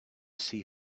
see